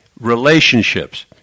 Relationships